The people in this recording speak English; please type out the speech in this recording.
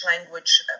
language